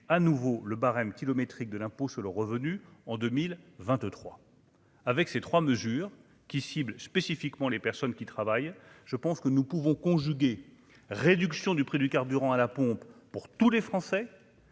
à nouveau le barème kilométrique de l'impôt sur le revenu en 2023 avec ces 3 mesures qui ciblent spécifiquement les personnes qui travaillent, je pense que nous pouvons conjuguer réduction du prix du carburant à la pompe pour tous les Français